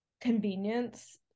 convenience